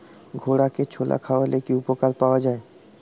ঘোড়াকে ছোলা খাওয়ালে কি উপকার পাওয়া যায়?